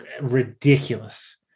ridiculous